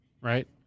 right